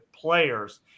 players